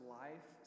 life